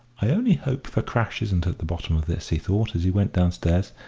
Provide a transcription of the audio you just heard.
i only hope fakrash isn't at the bottom of this, he thought, as he went downstairs.